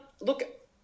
look